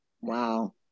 Wow